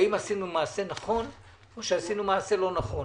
האם עשינו מעשה נכון, או שעשינו מעשה לא נכון?